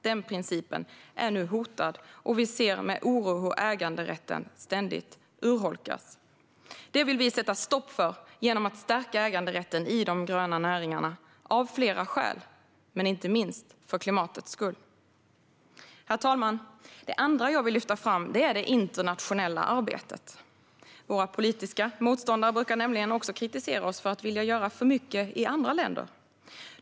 Den principen är nu hotad, och vi ser med oro hur äganderätten ständigt urholkas. Det vill vi sätta stopp för genom att stärka äganderätten i de gröna näringarna, av flera skäl men inte minst för klimatets skull. Herr talman! Det andra jag vill lyfta fram är det internationella arbetet. Våra politiska motståndare brukar nämligen också kritisera oss för att vilja göra för mycket i andra länder.